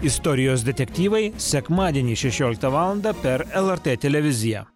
istorijos detektyvai sekmadienį šešioliktą per lrt televiziją